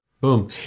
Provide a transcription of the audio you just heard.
Boom